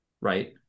right